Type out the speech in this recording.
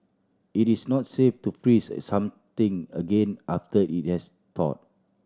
it is not safe to freeze something again after it has thawed